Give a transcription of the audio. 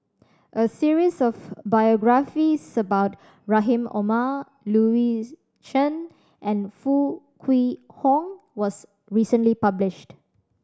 a series of biographies about Rahim Omar Louis Chen and Foo Kwee Horng was recently published